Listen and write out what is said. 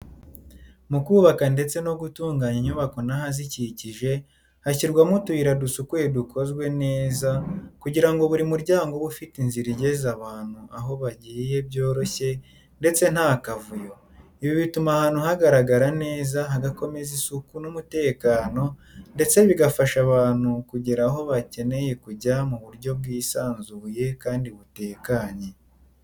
Mu kubaka ndetse no gutunganya inyubako n’ahazikikije, hashyirwamo utuyira dusukuye dukozwe neza kugira ngo buri muryango ube ufite inzira igeza abantu aho bagiye byoroshye ndetse ntakavuyo. Ibi bituma ahantu hagaragara neza, hagakomeza isuku n’umutekano, ndetse bigafasha abantu kugera aho bakeneye kujya mu buryo bwisanzuye kandi butekanye.